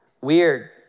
weird